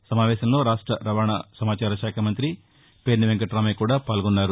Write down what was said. ఈ సమావేశంలో రాష్ట రవాణా సమాచార శాఖా మంతి పేర్ని వెంకట్రామయ్య కూడా పాల్గొన్నారు